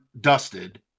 dusted